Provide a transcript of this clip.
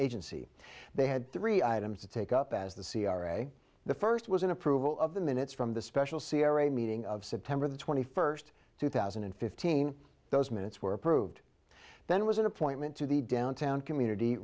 agency they had three items to take up as the c r a the first was an approval of the minutes from the special sierra a meeting of september the twenty first two thousand and fifteen those minutes were approved then was an appointment to the downtown community